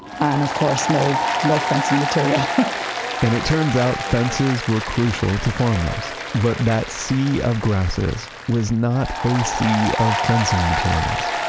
and of course, no no fencing material and it turns out fences were crucial to farmers, but that sea of grasses was not a sea of fencing materials.